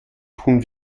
tun